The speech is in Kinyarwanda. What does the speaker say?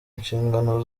inshingano